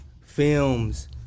films